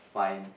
find